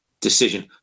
decision